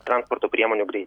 transporto priemonių grei